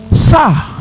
sir